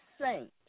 saint